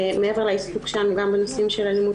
מעבר לעיסוק שלנו גם בנושאים של אלימות